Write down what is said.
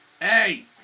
Hey